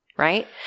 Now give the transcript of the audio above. Right